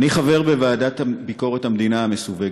אני חבר בוועדת ביקורת המדינה המסווגת.